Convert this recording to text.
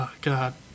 God